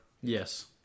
Yes